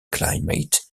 climate